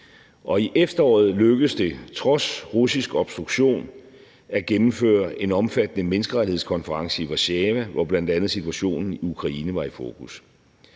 i efteråret lykkedes det trods russisk obstruktion at gennemføre en omfattende menneskerettighedskonference i Warszawa, hvor bl.a. situationen i Ukraine var i fokus.